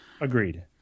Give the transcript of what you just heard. Agreed